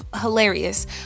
hilarious